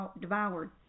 devoured